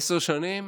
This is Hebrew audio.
עשר שנים.